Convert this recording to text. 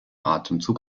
atemzug